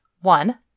One